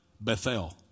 Bethel